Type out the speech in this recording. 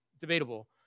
debatable